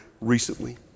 recently